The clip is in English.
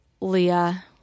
Leah